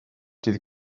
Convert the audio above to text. ddydd